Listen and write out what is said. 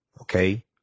Okay